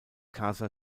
casa